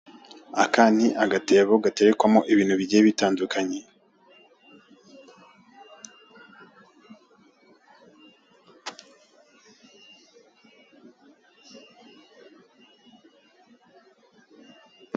Aka ni agatebo gaterekwamo ibintu bigiye bitandukanye